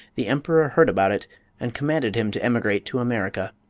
the emperor heard about it and commanded him to emigrate to america.